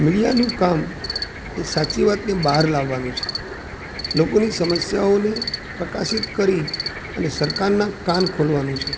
મીડિયાનું કામ એ સાચી વાતને બહાર લાવવાનું છે લોકોની સમસ્યાઓને પ્રકાશિત કરી અને સરકારના કાન ખોલવાનું છે